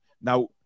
Now